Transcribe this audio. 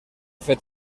fet